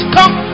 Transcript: Come